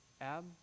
Ab